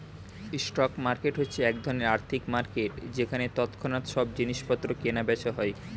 stock market হচ্ছে এক ধরণের আর্থিক মার্কেট যেখানে তৎক্ষণাৎ সব জিনিসপত্র কেনা বেচা হয়